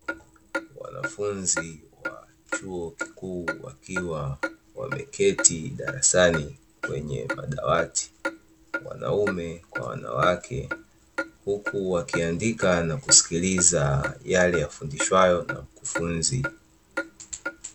Wanafunzi wa chuo kikuu wakiwa wameketi darasani kwenye madawati, wanaume kwa wanawake huku wakiandika na kusikiliza yale yafundishayo na mkufunzi.